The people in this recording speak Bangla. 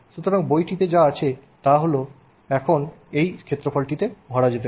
সুতরাং বইটিতে যা আছে তা এখন এই ক্ষেত্রফলটিতে করা যেতে পারে